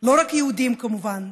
לא רק יהודים כמובן,